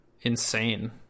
insane